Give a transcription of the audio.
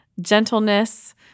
gentleness